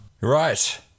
Right